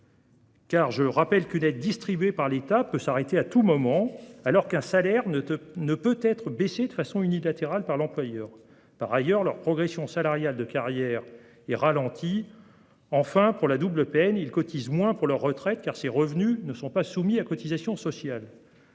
Je rappelle qu'une aide distribuée par l'État peut s'arrêter à tout moment, alors qu'un salaire ne peut être baissé de façon unilatérale par l'employeur. Par ailleurs, leur progression salariale de carrière est ralentie. Enfin, pour la double peine, ils cotisent moins pour leur retraite, car ces revenus ne sont pas soumis à cotisations sociales.